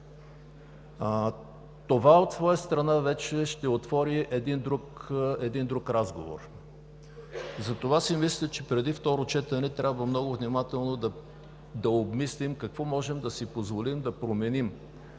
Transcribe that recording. Това от своя страна вече ще отвори друг разговор. Затова си мисля, че преди второто четене трябва много внимателно да обмислим какво можем да си позволим да променим.